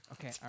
Okay